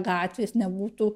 gatvės nebūtų